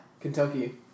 Kentucky